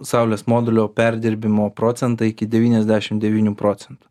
saulės modulių perdirbimo procentą iki devyniasdešimt devynių procentų